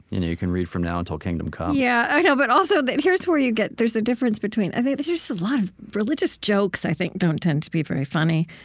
you know you can read from now until kingdom comes yeah, i know. but also, here's where you get there's a difference between i think there's just a lot of religious jokes, i think, don't tend to be very funny,